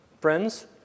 friends